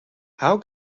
how